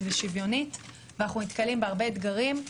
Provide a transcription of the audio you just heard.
ושוויונית ואנחנו נתקלים בהרבה אתגרים.